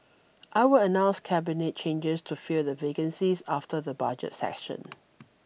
I will announce Cabinet changes to fill the vacancies after the Budget session